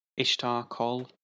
IshTarCall